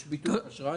יש ביטוח אשראי?